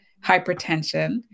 hypertension